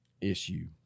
issue